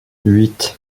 huit